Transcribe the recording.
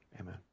Amen